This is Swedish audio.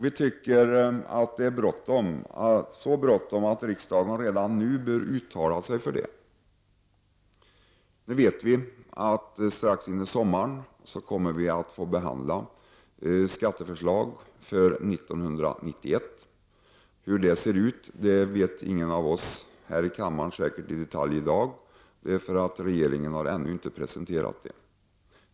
Vi anser att det är bråttom, så bråttom att riksdagen redan nu bör uttala sig för en kompensation. Vi vet att vi i riksdagen strax före sommaren kommer att behandla skatteförslag för år 1991. Hur detta kommer att se ut vet ingen här i kammaren säkert i dag, eftersom regeringen ännu inte har presenterat förslaget.